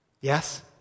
Yes